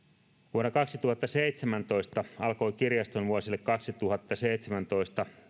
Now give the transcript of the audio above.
vuonna kaksituhattaseitsemäntoista alkoi kirjaston vuosille kaksituhattaseitsemäntoista